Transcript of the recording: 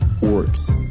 works